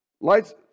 Light's